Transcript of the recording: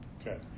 Okay